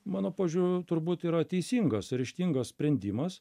mano požiūriu turbūt yra teisingas ryžtingas sprendimas